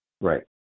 right